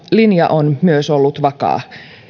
linja on myös ollut vakaa